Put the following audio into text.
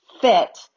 fit